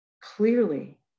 clearly